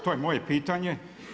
To je moje pitanje.